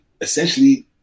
essentially